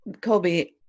Colby